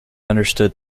understood